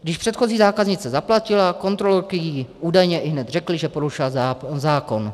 Když předchozí zákaznice zaplatila, kontrolorky jí údajně ihned řekly, že porušila zákon.